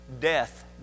death